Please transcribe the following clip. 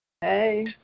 Hey